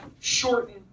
shorten